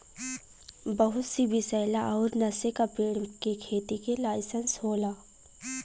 बहुत सी विसैला अउर नसे का पेड़ के खेती के लाइसेंस होला